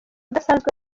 udasanzwe